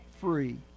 free